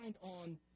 on